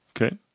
Okay